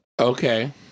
Okay